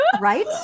Right